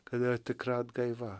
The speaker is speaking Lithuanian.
kad yra tikra atgaiva